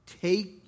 Take